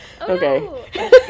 okay